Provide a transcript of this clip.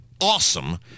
awesome